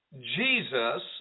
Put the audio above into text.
Jesus